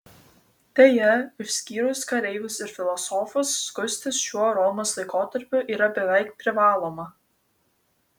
deja išskyrus kareivius ir filosofus skustis šiuo romos laikotarpiu yra beveik privaloma